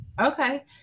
Okay